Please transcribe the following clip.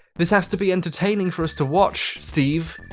this has to be entertaining for us to watch, steve.